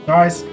Guys